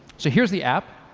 so here's the app.